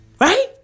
Right